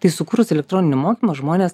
tai sukūrus elektroninį mokymą žmonės